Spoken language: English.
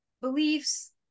beliefs